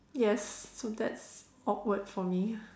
yes so that's awkward for me